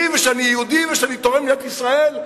ושאני יהודי ושאני תורם למדינת ישראל,